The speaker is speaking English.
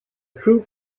troupe